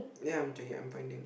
ya I'm checking I'm finding